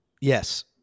Yes